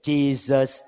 Jesus